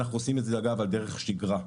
אנחנו עושים את זה אגב על דרך שגרה.